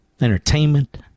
entertainment